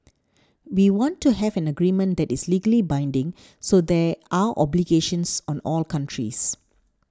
we want to have an agreement that is legally binding so there are obligations on all countries